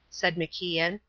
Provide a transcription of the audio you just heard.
said macian.